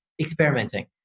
experimenting